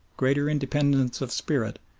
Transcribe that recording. greater independence of spirit,